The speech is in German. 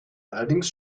allerdings